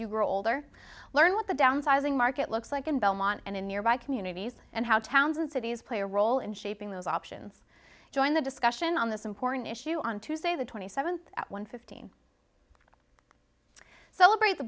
you grow older learn what the downsizing market looks like in belmont and in nearby communities and how towns and cities play a role in shaping those options join the discussion on this important issue on tuesday the twenty seventh at one fifteen celebrate the